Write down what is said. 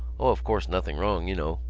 of course, nothing wrong, you know.